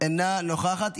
אינה נוכחת.